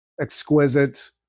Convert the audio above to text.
exquisite